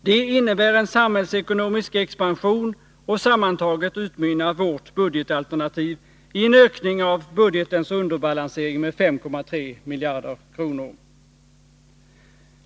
Det innebär en samhällsekonomisk expansion, och sammantaget utmynnar vårt budgetalternativ i en ökning av budgetens underbalansering med 5,3 miljarder kronor.